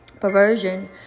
perversion